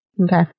Okay